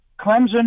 Clemson